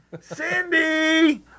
Cindy